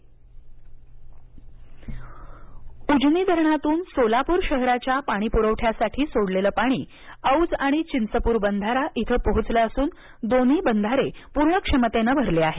बंधारा उजनी धरणातून सोलापूर शहराच्या पाणीपूरवठ्यासाठी सोडलेले पाणी औज आणि चिंचपूर बंधारा इथं पोहोचलं असून दोन्ही बंधारे पूर्णक्षमतेने भरले आहेत